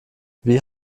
wie